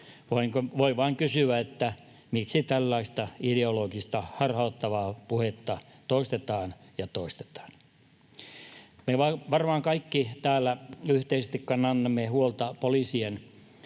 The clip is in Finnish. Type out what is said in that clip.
Voi vain kysyä, miksi tällaista ideologista, harhauttavaa puhetta toistetaan ja toistetaan. Me varmaan kaikki täällä yhteisesti kannamme huolta poliisien